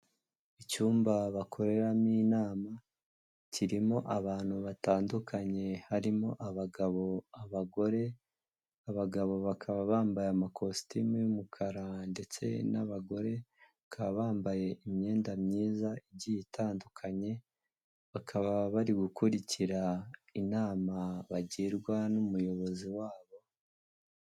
Icyumba bakoreramo inama, kirimo abantu batandukanye, harimo abagabo, abagore, abagabo bakaba bambaye amakositimu y'umukara ndetse n'abagore bakaba bambaye imyenda myiza igiye itandukanye, bakaba bari gukurikira inama bagirwa n'umuyobozi wabo.